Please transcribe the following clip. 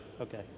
okay